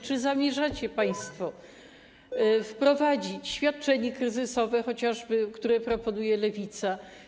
Czy zamierzacie państwo wprowadzić świadczenie kryzysowe, chociażby to, które proponuje Lewica?